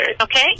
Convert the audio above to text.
Okay